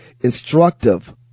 instructive